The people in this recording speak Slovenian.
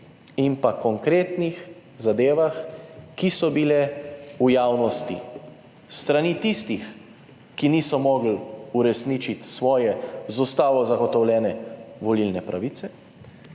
in konkretnih zadevah, ki so bile v javnosti s strani tistih, ki niso mogli uresničiti svoje z ustavo zagotovljene volilne pravice,